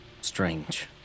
strange